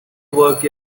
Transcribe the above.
work